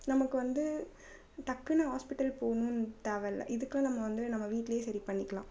நமக்கு வந்து டக்குனு ஹாஸ்பிட்டல் போகணுன்னு தேவாய்யில்ல இதுக்குலாம் நம்ம வந்து நம்ம வீட்டிலே சரி பண்ணிக்கலாம்